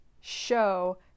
show